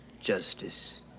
justice